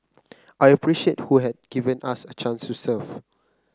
I appreciate who have given us a chance to serve